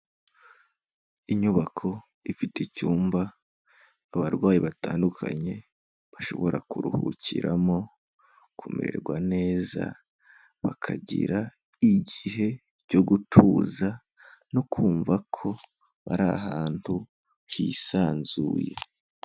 Inyubako ifite icyumba, abarwayi batandukanye bashobora kuruhukiramo, kumererwa neza, bakagira igihe cyo gutuza, no kumva ko bari ahantu hisanzuye.